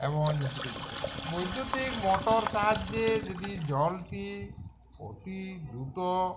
এবং বৈদ্যুতিক মোটর সাহায্যে যদি জলটি অতি দ্রুত